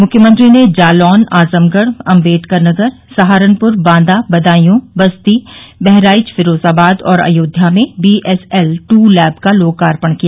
मुख्यमंत्री ने जालौन आजमगढ़ अम्बेडकर नगर सहारनपुर बांदा बदायू बस्ती बहराइच फिरोजाबाद और अयोध्या में बीएसएल टू लैब का लोकार्पण किया